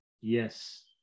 yes